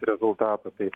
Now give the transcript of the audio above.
rezultatų tai